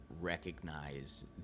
recognize